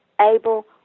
able